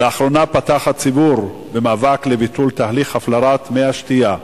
לאחרונה נפתח מאבק ציבורי לביטול תהליך הפלרת מי השתייה,